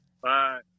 Bye